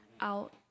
out